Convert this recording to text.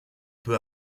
peut